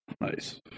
Nice